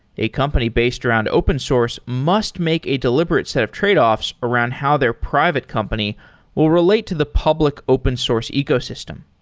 a company based around open source must make a deliberate set of tradeoffs around how their private company will relate to the public open source ecosystem.